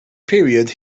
period